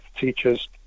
Teachers